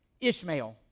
Ishmael